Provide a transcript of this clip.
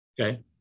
Okay